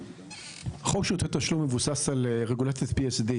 חוק שירותי תשלום מבוסס על רגולציית PSD,